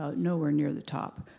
ah nowhere near the top.